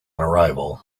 arrival